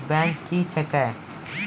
Bank क्या हैं?